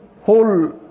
whole